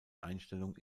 einstellung